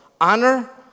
honor